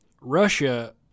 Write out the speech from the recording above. Russia